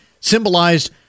symbolized